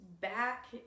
back